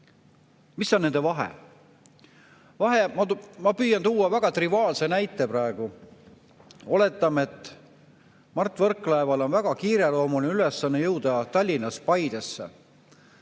on nende vahe? Ma püüan tuua väga triviaalse näite. Oletame, et Mart Võrklaeval on väga kiireloomuline ülesanne jõuda Tallinnast Paidesse.